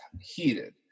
heated